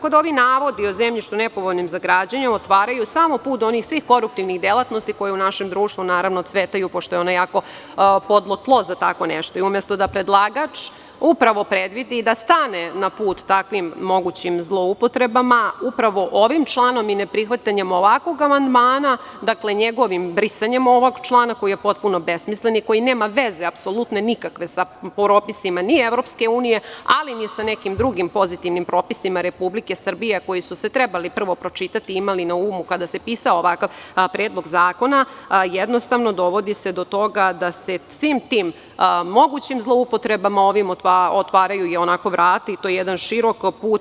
Ovi navodi o zemljištu nepovoljnim za građenje otvaraju put svim koruptivnim delatnostima koja u našem društvu cvetaju, pošto je ono jako plodno tlo za tako nešto i umesto da predlagač predvidi i da stane na put takvim mogućim zloupotrebama ovim članom i neprihvatanjem ovakvog amandmana, njegovim brisanjem ovog člana koji je potpuno besmislen i koji nema veze apsolutno nikakve sa propisima EU, ali i sa nekim drugim pozitivnim propisima RS, koji su se trebali prvo pročitati i imati na umu kada se pisao ovakav predlog zakona, jednostavno dovodi do toga da se svim tim mogućim zloupotrebama ovim otvaraju vrata i to je jedan širok put.